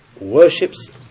worships